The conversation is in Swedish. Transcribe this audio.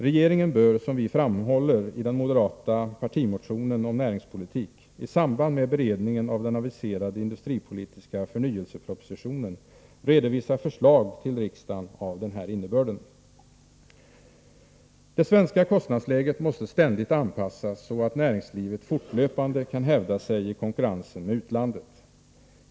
Regeringen bör, som vi framhåller i den moderata partimotionen om näringspolitik, i samband med beredningen av den aviserade industripolitiska ”förnyelsepropositionen” redovisa förslag till riksdagen av denna innebörd. Det svenska kostnadsläget måste ständigt anpassas så att näringslivet fortlöpande kan hävda sig i konkurrensen med utlandet.